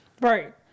Right